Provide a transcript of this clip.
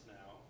now